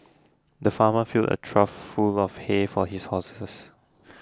the farmer filled a trough full of hay for his horses